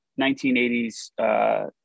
1980s